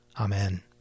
Amen